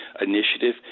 initiative